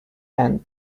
and